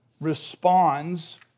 responds